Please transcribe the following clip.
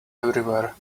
everywhere